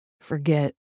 Forget